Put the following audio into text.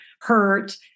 hurt